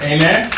Amen